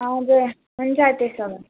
हजुर हुन्छ त्यसो भए